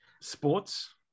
sports